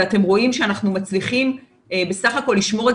ואתם רואים שאנחנו מצליחים בסך הכול לשמור את